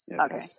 Okay